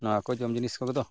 ᱱᱚᱣᱟ ᱠᱚ ᱡᱚᱢ ᱡᱤᱱᱤᱥ ᱠᱚᱫᱚ